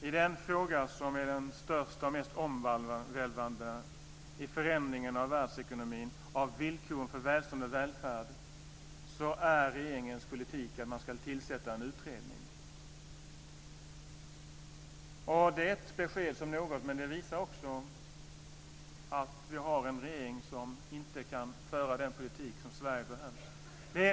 I den fråga som är den största och mest omvälvande för förändringen av världsekonomin och för villkoren för välstånd och välfärd är regeringens politik att man ska tillsätta en utredning. Det är ett besked så gott som något, men det visar också att vi har en regering som inte kan föra den politik som Sverige behöver.